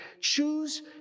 choose